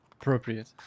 appropriate